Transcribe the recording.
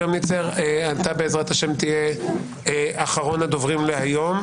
קרמניצר, אתה בעזרת השם תהיה אחרון הדוברים להיום.